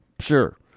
Sure